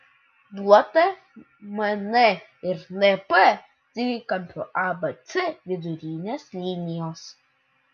duota mn ir np trikampio abc vidurinės linijos